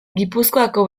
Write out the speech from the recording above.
gipuzkoako